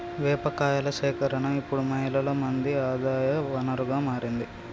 వేప కాయల సేకరణ ఇప్పుడు మహిళలు మంది ఆదాయ వనరుగా మారింది